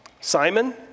Simon